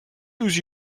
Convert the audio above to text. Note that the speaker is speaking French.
nous